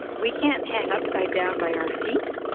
we can't hang upside down by our feet.